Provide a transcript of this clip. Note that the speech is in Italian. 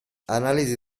analisi